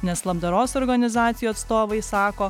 nes labdaros organizacijų atstovai sako